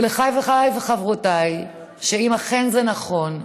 ולחבריי וחברותיי, אם אכן זה נכון,